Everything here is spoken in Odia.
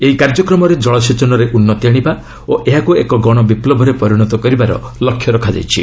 ଏହି କାର୍ଯ୍ୟକ୍ରମରେ ଜଳସେଚନରେ ଉନ୍ନତି ଆଣିବା ଓ ଏହାକୁ ଏକ ଗଣବିପ୍ଲବରେ ପରିଣତ କରିବାର ଲକ୍ଷ୍ୟ ରଖାଯାଇଛି